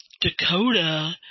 Dakota